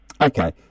Okay